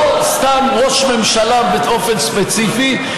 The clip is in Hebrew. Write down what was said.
לא סתם ראש ממשלה באופן ספציפי,